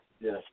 Yes